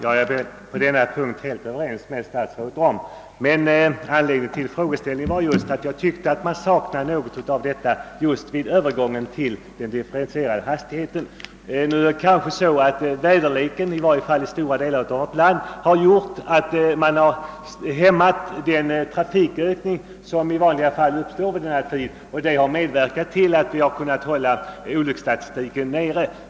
Herr talman! Jag är helt överens med statsrådet om att informationen skall sättas in vid rätt tidpunkt. Anledningen till min fråga var just att jag tyckte att man saknade något av detta vid övergången till de differentierade hastigheterna. Nu har kanske den rådande väderleken, i varje fall i stora delar av vårt land, medfört att den trafikökning som i vanliga fall uppstår under denna årstid har hämmats, vilket medverkat till att olycksfallsstatistiken ändå har kunnat hållas nere.